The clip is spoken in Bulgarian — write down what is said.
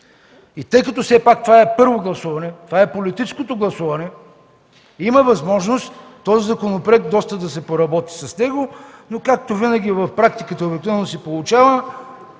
Тъй като все пак това е първо гласуване, това е политическото гласуване, има възможност доста да се поработи със законопроекта. Но както винаги в практиката обикновено се получава